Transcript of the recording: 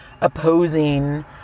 opposing